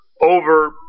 over